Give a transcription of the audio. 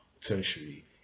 tertiary